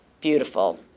beautiful